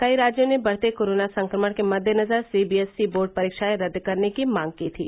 कई राज्यों ने बढते कोरोना संक्रमण के मद्देनजर सीबीएसई बोर्ड परीक्षाएं रद्द करने की मांग की थी